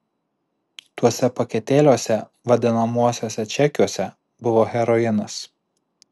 tuose paketėliuose vadinamuosiuose čekiuose buvo heroinas